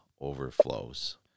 overflows